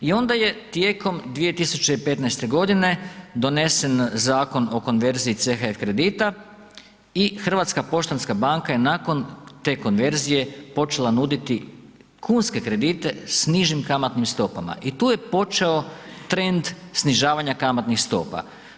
I ona je tijekom 2015. godine donesen Zakon o konverziji CHF kredita i Hrvatska poštanska banka je nakon te konverzije počela nuditi kunske kredite s nižim kamatnim stopama i tu je počeo trend snižavanja kamatnih stopa.